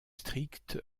stricts